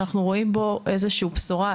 אנחנו רואים בזה איזה שהיא בשורה,